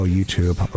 YouTube